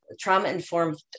trauma-informed